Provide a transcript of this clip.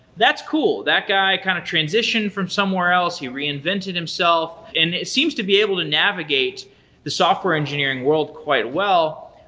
that's cool. that guy kind of transitioned from somewhere. he reinvented himself, and it seems to be able to navigate the software engineering world quite well.